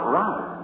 right